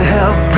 help